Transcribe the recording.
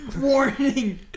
Warning